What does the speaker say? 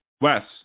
Wes